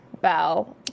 bell